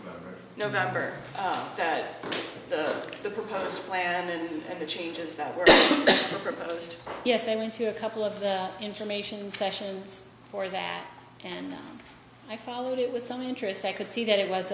november november that the proposed plan and that the changes that were proposed yes i went to a couple of the information sessions for that and i followed it with some interest i could see that it was